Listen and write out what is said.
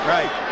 Right